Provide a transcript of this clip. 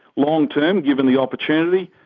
long term, given the opportunity,